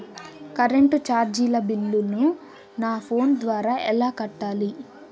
Current చార్జీల బిల్లును, నా ఫోను ద్వారా ఎలా కట్టాలి?